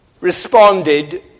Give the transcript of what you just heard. responded